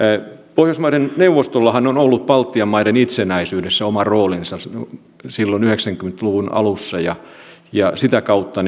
pohjoismaiden neuvostollahan on ollut baltian maiden itsenäisyydessä oma roolinsa silloin yhdeksänkymmentä luvun alussa ja ja sitä kautta